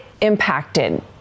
impacted